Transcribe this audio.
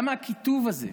למה הקיטוב הזה?